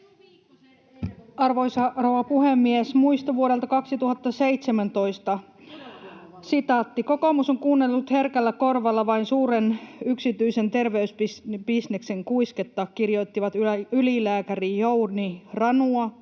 Arvoisa rouva puhemies! Muisto vuodelta 2017: ”Kokoomus on kuunnellut herkällä korvalla vain suuren yksityisen terveysbisneksen kuisketta”, kirjoittivat ylilääkäri Jouni Ranua,